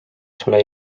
sulle